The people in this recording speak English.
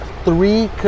three